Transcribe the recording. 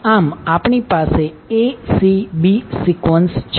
આમ આપણી પાસે acb સિકવન્સ છે